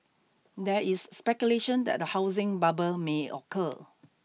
there is speculation that a housing bubble may occur